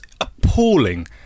appalling